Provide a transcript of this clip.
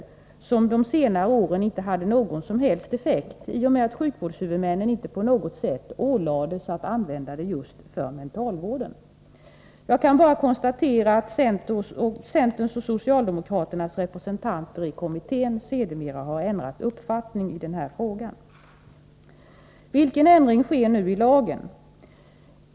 Det hade under de senare åren inte någon som helst effekt, i och med att sjukvårdshuvudmännen inte på något sätt ålades att använda det just för mentalvården. Jag kan bara konstatera att centerns och socialdemokraternas representanter i kommittén sedermera har ändrat uppfattning i den här frågan. Vilken ändring sker nu i lagen?